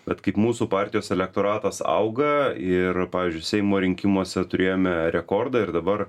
bet kaip mūsų partijos elektoratas auga ir pavyzdžiui seimo rinkimuose turėjome rekordą ir dabar